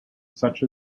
such